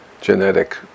genetic